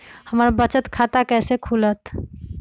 हमर बचत खाता कैसे खुलत?